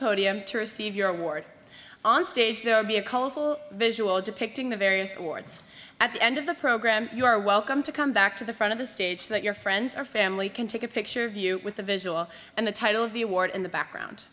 podium to receive your award on stage there will be a colorful visual depicting the various awards at the end of the program you are welcome to come back to the front of the stage that your friends or family can take a picture of you with a visual and the title of the award in the background